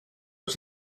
los